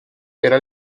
era